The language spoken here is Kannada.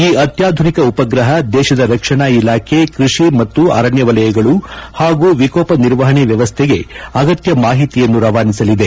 ಈ ಅತ್ತಾಧುನಿಕ ಉಪಗ್ರಹ ದೇಶದ ರಕ್ಷಣಾ ಇಲಾಖೆ ಕೈಷಿ ಮತ್ತು ಅರಣ್ಣ ವಲಯಗಳು ಹಾಗೂ ವಿಕೋಪ ನಿರ್ವಹಣೆ ವ್ಯವಸ್ಥೆಗೆ ಅಗತ್ಯ ಮಾಹಿತಿಯನ್ನು ರವಾನಿಸಲಿದೆ